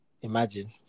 Imagine